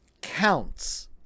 counts